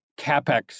capex